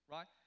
Right